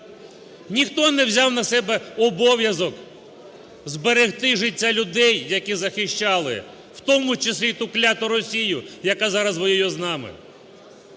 Ніхто не взяв на себе обов'язок зберегти життя людей, які захищали, в тому числі ту кляту Росію, яка зараз воює з нами.